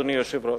אדוני היושב-ראש.